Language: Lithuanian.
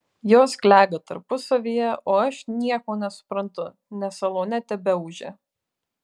jos klega tarpusavyje o aš nieko nesuprantu nes salone tebeūžia